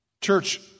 Church